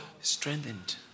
Strengthened